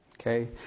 Okay